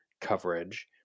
coverage